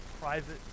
private